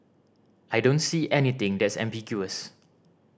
I don't see anything that's ambiguous